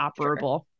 operable